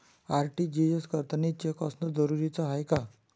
RTGS करतांनी cheque असनं जरुरीच हाय का?